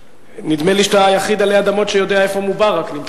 נדמה לי שאתה היחיד עלי אדמות שיודע איפה מובארק נמצא.